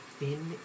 Thin